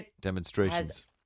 demonstrations